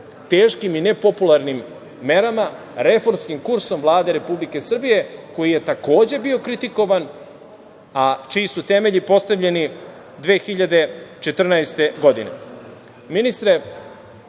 teškim i nepopularnim merama, reformskim kursom Vlade Republike Srbije, koji je takođe bio kritikovan, a čiji su temelji postavljeni 2014.